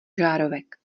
žárovek